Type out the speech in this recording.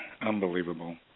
unbelievable